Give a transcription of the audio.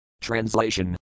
Translation